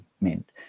meant